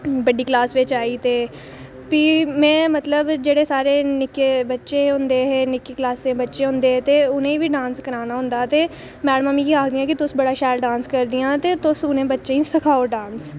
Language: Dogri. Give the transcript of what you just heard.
बड्डी क्लास बिच आई ते फ्ही में मतलब जेह्ड़े सारे निक्के बच्चे होंदे हे निक्की कलासें दे बच्चे होंदे हे ते उ'नें गी बी डांस कराना होंदा हा ते मैडमां मिगी आखदियां गै तुस बड़ा शैल डांस करदियां ते तुस उ'नें बच्चें गी सखाओ डांस